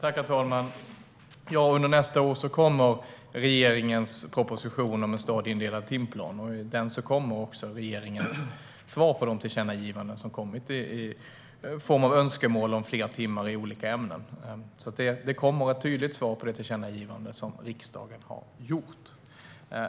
Herr talman! Under nästa år kommer regeringens proposition om en stadieindelad timplan, och i den kommer också regeringens svar på det tillkännagivande som har gjorts i form av önskemål om fler timmar i olika ämnen. Det kommer alltså ett tydligt svar på det tillkännagivande som riksdagen har gjort.